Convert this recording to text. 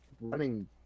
running